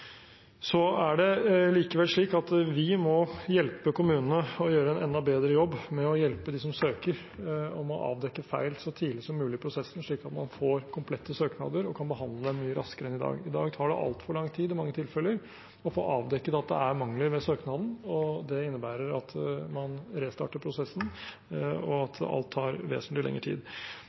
er det likevel slik at vi må hjelpe kommunene med å gjøre en enda bedre jobb med å hjelpe dem som søker, med å avdekke feil så tidlig som mulig i prosessen, slik at man får komplette søknader og kan behandle dem mye raskere enn i dag. I dag tar det altfor lang tid i mange tilfeller å få avdekket at det er mangler ved søknaden. Det innebærer at man restarter prosessen, og at alt tar vesentlig lengre tid.